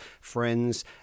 friends